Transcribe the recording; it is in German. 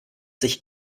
sich